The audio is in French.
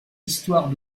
histoire